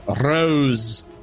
Rose